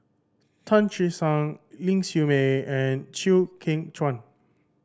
Tan Che Sang Ling Siew May and Chew Kheng Chuan